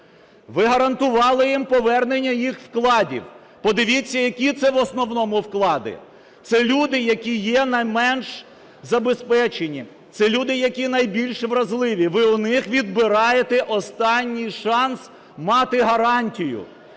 Ви гарантували їм повернення їх вкладів. Подивіться, які це в основному вклади. Це люди, які є найменш забезпечені, це люди, які найбільш вразливі, ви у них відбираєте останній шанс мати гарантію.